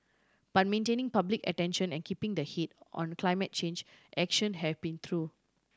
but maintaining public attention and keeping the heat on climate change action have been through